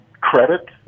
credit